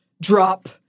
Drop